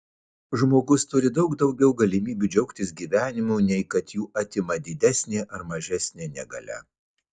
žmogus turi daug daugiau galimybių džiaugtis gyvenimu nei kad jų atima didesnė ar mažesnė negalia